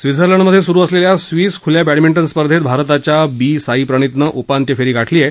Switzerland मध्ये सुरू असलेल्या स्विस खुल्या बद्दमिंटन स्पर्धेत भारताच्या बी साई प्रणितनं उपांत्य फेरी गाठली आहे